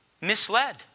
misled